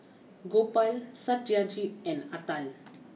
Gopal Satyajit and Atal